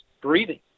breathing